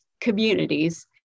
communities